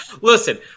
Listen